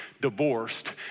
divorced